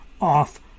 off